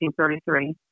1833